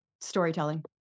Storytelling